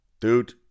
Dude